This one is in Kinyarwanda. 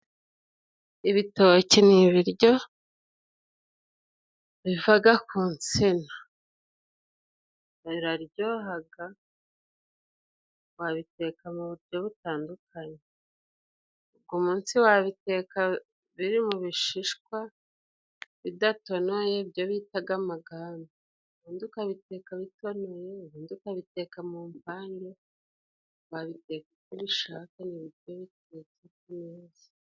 Ibitoki ni ibiryo bivaga ku nsina. Biraryohaga, babiteka mu buryo butandukanye. Ugu munsi wabiteka biri mu bishishwa bidatonoye ibyo bitaga amaganda, ubundi ukabiteka bitonoye, ubundi ukabiteka mu mvange. Wabiteka uko ubishaka ku buryo ubiteka neza.